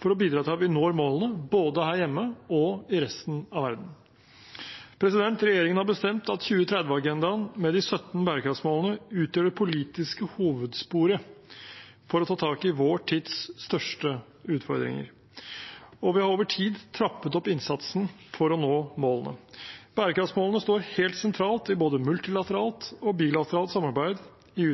for å bidra til at vi når målene, både her hjemme og i resten av verden. Regjeringen har bestemt at 2030-agendaen med de 17 bærekraftsmålene utgjør det politiske hovedsporet for å ta tak i vår tids største utfordringer. Vi har over tid trappet opp innsatsen for å nå målene. Bærekraftsmålene står helt sentralt i både multilateralt og bilateralt samarbeid i